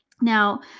Now